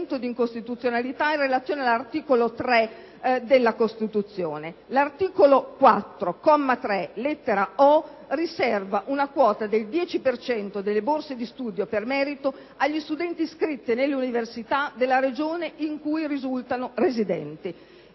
L'articolo 4, comma 3, lettera *o)*, riserva una quota del 10 per cento delle borse di studio per merito agli studenti iscritti nelle università della Regione in cui risultano residenti.